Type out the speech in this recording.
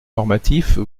normatif